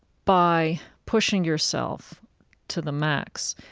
by pushing yourself to the max,